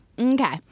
Okay